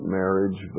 marriage